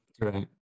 right